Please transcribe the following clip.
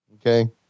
Okay